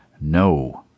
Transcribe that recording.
no